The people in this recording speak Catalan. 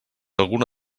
alguna